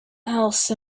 else